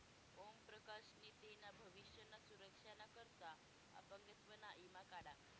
ओम प्रकाश नी तेना भविष्य ना सुरक्षा ना करता अपंगत्व ना ईमा काढा